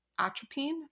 atropine